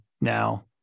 now